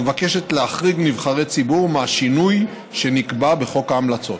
מבקשת להחריג נבחרי ציבור מהשינוי שנקבע בחוק ההמלצות.